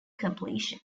completion